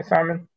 Simon